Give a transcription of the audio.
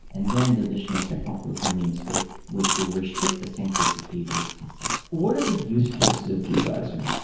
and then the additional second um filter and namespace which will restrict the sentry's behavior is self. so what are the use cases of gvisor?